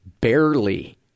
barely